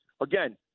again